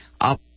up